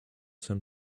san